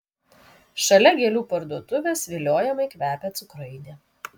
šalia gėlių parduotuvės viliojamai kvepia cukrainė